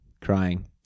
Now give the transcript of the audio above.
crying